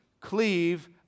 cleave